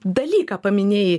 dalyką paminėjai